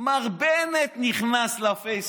מר בנט נכנס לפייס